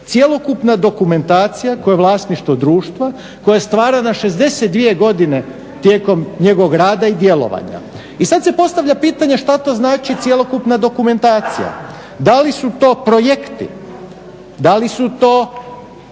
cjelokupna dokumentacija koja je vlasništvo društva koja je stvarana 62 godine tijekom njegovog rada i djelovanja. I sad se postavlja pitanje što to znači cjelokupna dokumentacija? Da li su to projekti, da li su to